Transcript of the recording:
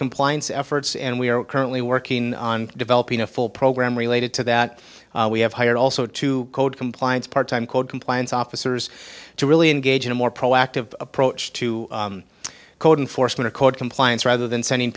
compliance efforts and we are currently working on developing a full program related to that we have hired also to code compliance part time code compliance officers to really engage in a more proactive approach to code enforcement code compliance rather than sending